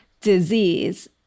disease